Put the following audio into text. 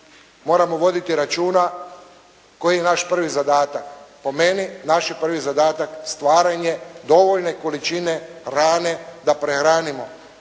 moramo voditi računa koji je naš prvi zadatak. Po meni, naš je prvi zadatak stvaranje dovoljne količine hrane da prehranimo